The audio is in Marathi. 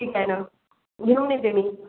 ठीक आहे ना घेऊन येते मी